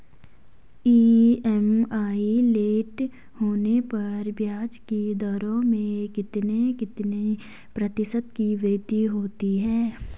EMI late होने पर ब्याज की दरों में कितने कितने प्रतिशत की वृद्धि होती है?